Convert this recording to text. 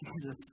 Jesus